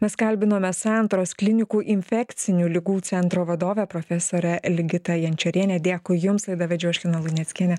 mes kalbinome santaros klinikų infekcinių ligų centro vadovę profesorę ligitą jančorienę dėkui jums laidą vedžiau aš lina luneckienė